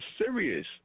serious